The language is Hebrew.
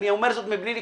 אני אומר זאת מבלי לקבוע.